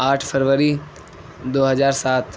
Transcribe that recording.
آٹھ فروری دو ہزار سات